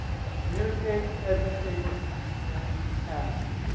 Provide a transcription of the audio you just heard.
communicate, educate and act.